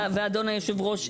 היועץ המשפטי והאדון יושב הראש,